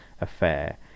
affair